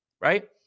right